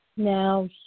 Now